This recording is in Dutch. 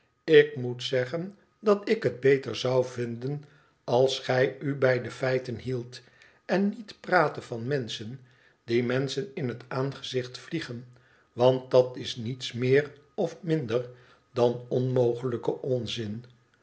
ik moet zeggen dat ik het beter zou vinden als gij u bij de feiten hieldt en niet praatte van menschen die menschen in het aangezicht vliegen want dat is niets meer of minder dan onmogelijke onzin